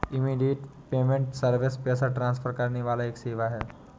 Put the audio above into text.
immediate payment service पैसा transfer करने का एक सेवा है